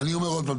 אני אומר עוד פעם,